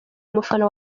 umufana